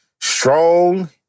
strong